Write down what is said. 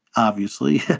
obviously,